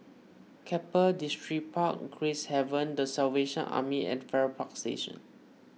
Keppel Distripark Gracehaven the Salvation Army and Farrer Park Station